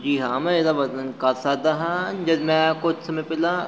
ਜੀ ਹਾਂ ਮੈਂ ਇਹਦਾ ਵਰਣਨ ਕਰ ਸਕਦਾ ਹਾਂ ਜਦੋਂ ਮੈਂ ਕੁਝ ਸਮੇਂ ਪਹਿਲਾਂ